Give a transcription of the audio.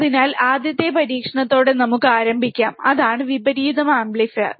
അതിനാൽ ആദ്യത്തെ പരീക്ഷണത്തോടെ നമുക്ക് ആരംഭിക്കാം അതാണ് വിപരീതം ആംപ്ലിഫയർ